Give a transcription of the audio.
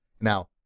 Now